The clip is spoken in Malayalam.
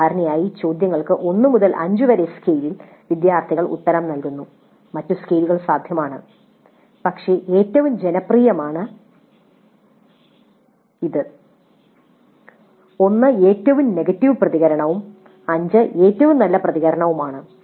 സാധാരണയായി ചോദ്യങ്ങൾക്ക് 1 മുതൽ 5 വരെ സ്കെയിലിൽ വിദ്യാർത്ഥികൾ ഉത്തരം നൽകുന്നു മറ്റ് സ്കെയിലുകൾ സാധ്യമാണ് പക്ഷേ ഇത് ഏറ്റവും ജനപ്രിയമാണ് 1 ഏറ്റവും നെഗറ്റീവ് പ്രതികരണവും 5 ഏറ്റവും നല്ല പ്രതികരണവുമാണ്